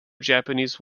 japanese